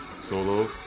solo